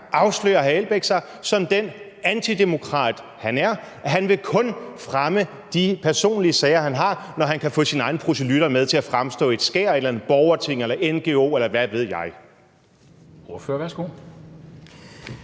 afslører hr. Uffe Elbæk sig som den antidemokrat, han er, og han vil kun fremme de personlige sager, han har, når han kan få sine egne proselytter med til at fremstå i et skær af et eller andet borgerting eller ngo, eller hvad ved jeg.